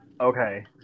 Okay